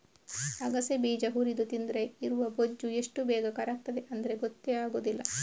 ಅಗಸೆ ಬೀಜ ಹುರಿದು ತಿಂದ್ರೆ ಇರುವ ಬೊಜ್ಜು ಎಷ್ಟು ಬೇಗ ಕರಗ್ತದೆ ಅಂದ್ರೆ ಗೊತ್ತೇ ಆಗುದಿಲ್ಲ